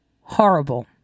horrible